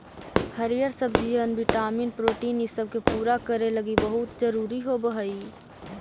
हरीअर सब्जियन vitamin protein ईसब के पूरा करे लागी बहुत जरूरी होब हई